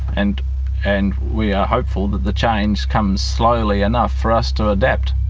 and and we are hopeful that the change comes slowly enough for us to adapt.